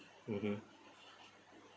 mmhmm